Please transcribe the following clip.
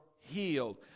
healed